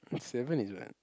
seven is what